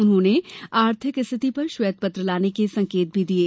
उन्होंने आर्थिक स्थिति पर श्वेत पत्र लाने के संकेत भी दिये